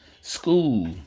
school